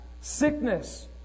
Sickness